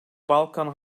balkan